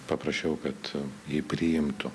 paprašiau kad jį priimtų